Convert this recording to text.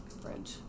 fridge